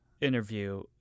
interview